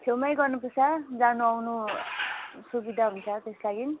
छेउमै गर्नुपर्छ जानु आउनु सुविधा हुन्छ त्यस लागि